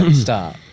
stop